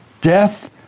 death